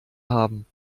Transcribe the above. haben